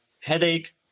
headache